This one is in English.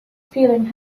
feeling